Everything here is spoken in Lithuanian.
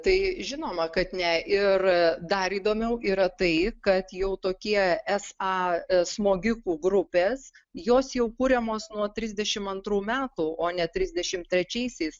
tai žinoma kad ne ir dar įdomiau yra tai kad jau tokie es a smogikų grupės jos jau kuriamos nuo trisdešimt antrų metų o ne trisdešimt trečiaisiais